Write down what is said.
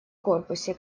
корпусе